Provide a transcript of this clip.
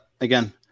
again